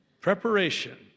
Preparation